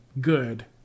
good